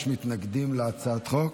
יש מתנגדים להצעת החוק?